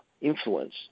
influence